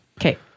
Okay